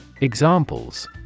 Examples